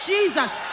Jesus